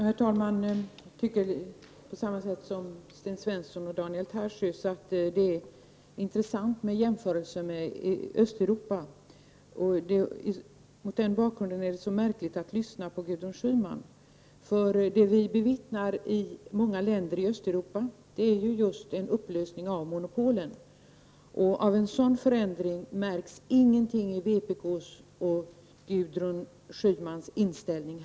Herr talman! Jag tycker liksom Sten Svensson och Daniel Tarschys att jämförelsen med Östeuropa är intressant. Med tanke på detta är det som Gudrun Schyman säger märkligt. Det som vi bevittnar i många länder i Östeuropa är just en upplösning av monopolen. Av en sådan förändring märks det ingenting i vpk:s och Gudrun Schymans inställning.